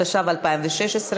התשע"ו 2016,